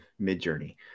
MidJourney